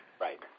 Right